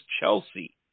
Chelsea